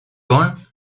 con